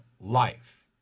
life